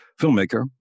filmmaker